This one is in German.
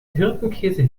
hirtenkäse